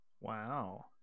wow